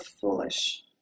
foolish